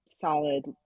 solid